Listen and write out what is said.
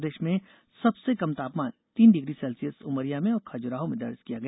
प्रदेश में सबसे कम तापमान तीन डिग्री सेल्सियस उमरिया और खजुराहों में दर्ज किया गया